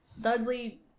Dudley